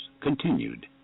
continued